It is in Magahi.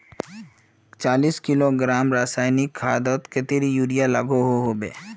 चालीस किलोग्राम रासायनिक खादोत कतेरी यूरिया लागोहो होबे?